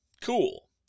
cool